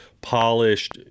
polished